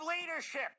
leadership